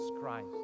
Christ